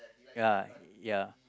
ya ya